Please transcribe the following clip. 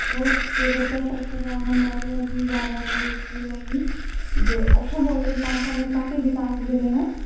बहुत जे बच्चासब छलै आँगनबाड़ी आओर भी जा रहल हइ इसकुल आओर भी जे अच्छा भऽ गेलै पाँच सालमे काफी विकास भेलै हँ